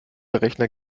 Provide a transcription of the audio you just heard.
rechner